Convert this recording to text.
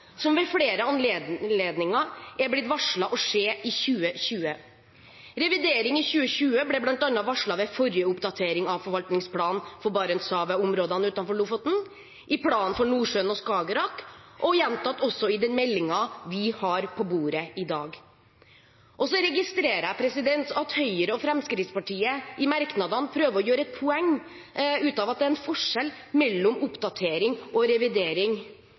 som ved flere anledninger er blitt varslet skal skje i 2020. Revidering i 2020 ble bl.a. varslet ved forrige oppdatering av forvaltningsplanen for Barentshavet og områdene utenfor Lofoten, i planen for Nordsjøen og Skagerrak og gjentatt også i den meldingen vi har på bordet i dag. Jeg registrerer at Høyre og Fremskrittspartiet i merknadene prøver å gjøre et poeng ut av at det er en forskjell mellom oppdatering og revidering.